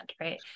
right